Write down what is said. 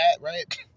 right